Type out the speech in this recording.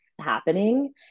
happening